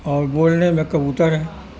اور بولنے میں کبوتر ہے